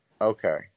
okay